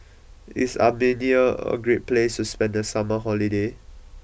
is Armenia a great place to spend the summer holiday